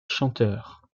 chanteurs